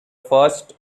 first